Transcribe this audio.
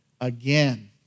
again